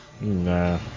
Nah